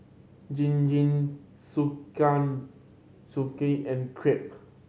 and Crepe